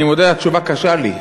אני מודה, התשובה קשה לי,